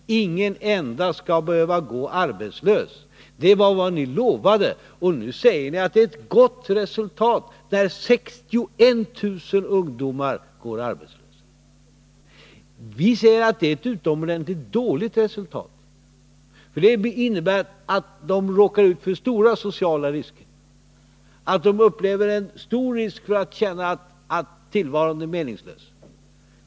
Ingen enda skall behöva gå arbetslös. Det var vad ni lovade, och nu säger ni att det är ett gott resultat när 61 000 ungdomar går arbetslösa. Vi säger att det är ett utomordentligt dåligt resultat, eftersom det innebär att ungdomarna råkar ut för stora sociala faror, att de löper stor risk för att känna att tillvaron är meningslös.